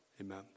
amen